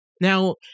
Now